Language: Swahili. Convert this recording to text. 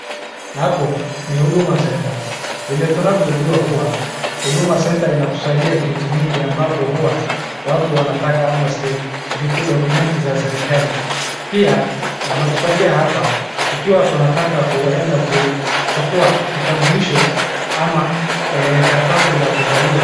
Hapo, ni Huduma Center. Vile tunavyojua huwa, Huduma Center inatusaidia kitu mingi ambapo huwa, watu wanataka ama vitu document za serikali. Pia, wanatusaidia hapa, tukiwa tunataka kuenda kuchukua kitambulisho ama karatasi la kuzaliwa.